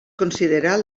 considerat